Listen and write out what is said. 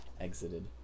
exited